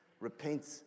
Repent